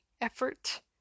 effort